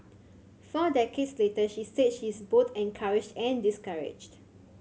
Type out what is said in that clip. four decades later she said she is both encouraged and discouraged